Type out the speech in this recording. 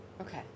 Okay